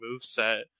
moveset